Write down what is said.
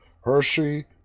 Hershey